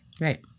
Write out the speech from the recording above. Right